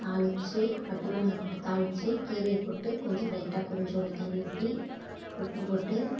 தாளிச்சி பட்டை மிளகா போட்டு தாளிச்சு கீரையப் போட்டு கொஞ்சம் லைட்டாக கொஞ்சோண்டு தண்ணி ஊற்றி உப்புப் போட்டு